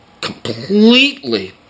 completely